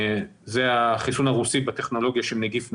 זה החיסון הרוסי בטכנולוגיה של נגיף נשא,